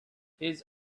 his